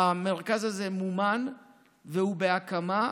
המרכז הזה מומן והוא בהקמה,